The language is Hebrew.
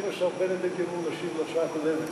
בשם השר בנט הייתי אמור להשיב על ההצעה הקודמת.